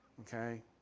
Okay